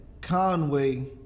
Conway